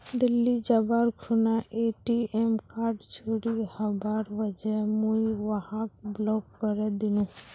दिल्ली जबार खूना ATM card चोरी हबार वजह मुई वहाक ब्लॉक करे दिनु